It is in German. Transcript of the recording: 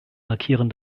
markieren